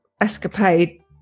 escapade